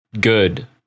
good